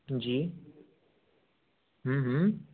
जी